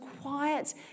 quiet